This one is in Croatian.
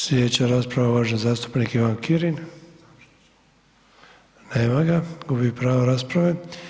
Slijedeća rasprava uvaženi zastupnik Ivan Kirin, nema ga, gubi pravo rasprave.